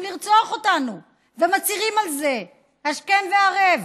לרצוח אותנו ומצהירים על זה השכם והערב?